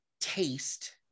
taste